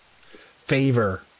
favor